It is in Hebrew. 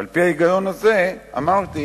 על-פי ההיגיון הזה אמרתי: